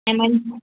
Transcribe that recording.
ऐं मंझंदि